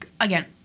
again